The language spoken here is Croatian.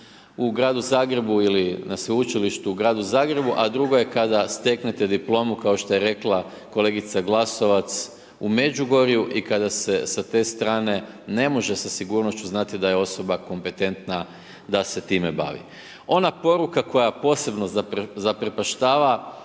u gradu Zagrebu ili na Sveučilištu u gradu Zagrebu a drugo je kada steknete diplomu kao što je rekla kolegica Glasovac u Međugorju i kada se sa te strane ne može sa sigurnošću znati da je osoba kompetentna da se time bavi. Ona poruka koja posebno zaprepaštava